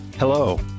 Hello